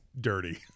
dirty